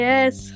Yes